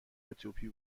اتیوپی